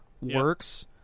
works